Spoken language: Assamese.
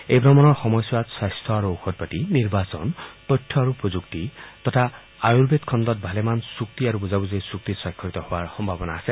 এই ভ্ৰমণৰ সময়ছোৱাত স্বাস্থ্য আৰু ঔষধপাতি নিৰ্বাচন তথ্য প্ৰযুক্তি আৰু আৰ্য়ুবেদ খণ্ডত ভালেমান চুক্তি আৰু বুজাবুজিৰ চুক্তি স্বাক্ষৰিত হোৱাৰ সম্ভাৱনা আছে